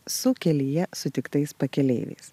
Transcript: su kelyje sutiktais pakeleiviais